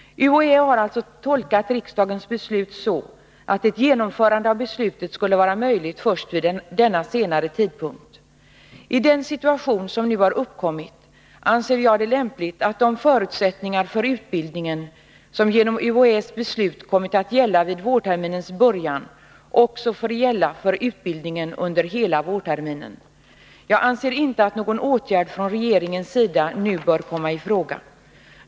UHÄ har alltså tolkat riksdagens beslut så, att ett genomförande av beslutet skulle vara möjligt först vid denna senare tidpunkt. I den situation som nu har uppkommit anser jag det lämpligt att de förutsättningar för utbildningen som genom UHÄ:s beslut kommit att gälla vid vårterminens början också får gälla för utbildningen under hela vårterminen. Jag anser inte att någon åtgärd från regeringens sida nu bör komma i fråga.